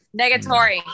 Negatory